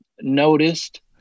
noticed